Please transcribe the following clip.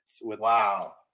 Wow